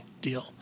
deal